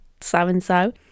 so-and-so